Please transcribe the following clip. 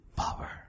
power